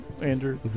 Andrew